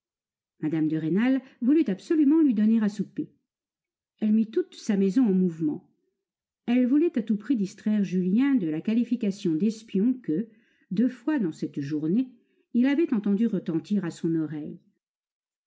mme de rênal voulut absolument lui donner à souper elle mit toute sa maison en mouvement elle voulait à tout prix distraire julien de la qualification d'espion que deux fois dans cette journée il avait entendu retentir à son oreille